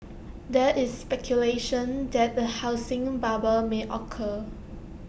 there is speculation that A housing bubble may occur